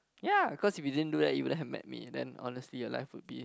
ya because if you didn't do that you wouldn't have met me then honestly your life would be